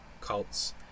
cults